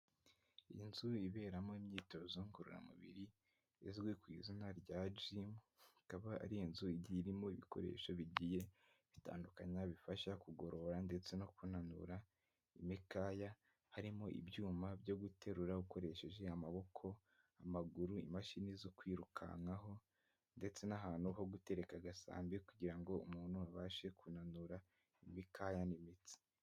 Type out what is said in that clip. Inzu iberamo imyitozo ngororamubiri izwi ku izina rya gym, ikaba ari inzu igiye irimo ibikoresho bigiye bitandukanye bifasha kugorora ndetse no kunanura imikaya harimo ibyuma byo guterura ukoresheje amaboko, amaguru, imashini zo kwirukankaho ndetse n'ahantu ho gutereka agasambi kugira ngo umuntu abashe kunanura imikaya n'imitsi.